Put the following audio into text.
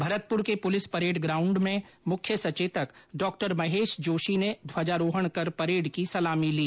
भरतपुर के police parade ground में मुख्य सचेतक डॉ महेश जोशी ने ध्वजारोहण कर परेड की सलामी ली